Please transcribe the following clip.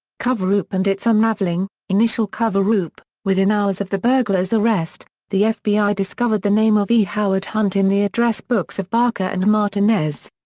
coverup and its unraveling initial coverup within hours of the burglars' arrest, the fbi discovered the name of e. howard hunt in the address books of barker and martinez.